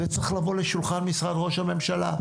זה צריך לבוא לשולחן משרד ראש הממשלה.